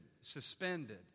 suspended